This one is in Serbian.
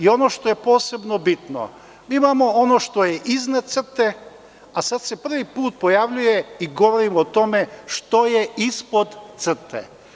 Ono što je posebno bitno, imamo ono što je iznad crte, a sada se prvi put pojavljuje i govorim o tome što je ispod crte.